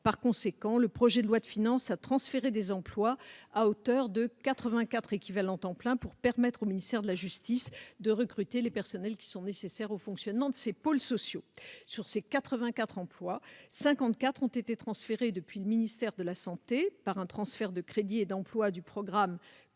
En conséquence, le projet de loi de finances transfère des emplois à hauteur de 84 équivalents temps plein pour permettre au ministère de la justice de recruter les personnels nécessaires au fonctionnement de ces pôles sociaux. Sur ces 84 emplois, 54 sont transférés depuis le ministère des solidarités et de la santé par un transfert de crédits et d'emplois du programme «